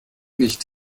nicht